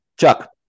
Chuck